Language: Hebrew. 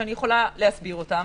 שאני יכולה להסביר אותם.